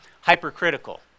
hypercritical